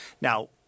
Now